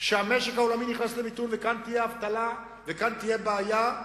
שהמשק העולמי נכנס למיתון ותהיה כאן אבטלה ותהיה כאן בעיה,